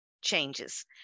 changes